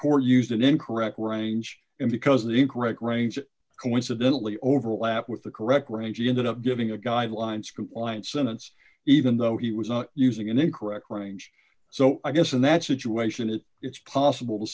core used an incorrect range and because the incorrect range coincidently overlap with the correct range ended up giving a guidelines compliant sentence even though he was using an incorrect range so i guess in that situation it it's possible to